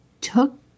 took